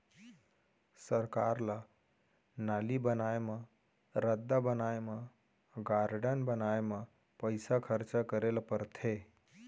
सरकार ल नाली बनाए म, रद्दा बनाए म, गारडन बनाए म पइसा खरचा करे ल परथे